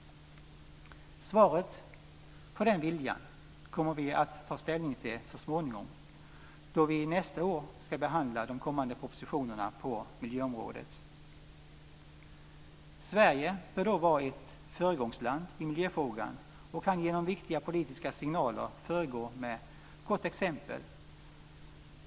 Svaret om den viljan kommer vi att få ta ställning till så småningom, då vi nästa år ska behandla de kommande propositionerna på miljöområdet. Sverige bör då vara ett föregångsland i miljöfrågan och kan genom viktiga politiska signaler föregå med gott exempel.